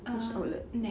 err NEX